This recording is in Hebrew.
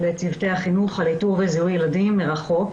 לצוותי החינוך על איתור וזיהוי ילדים מרחוק.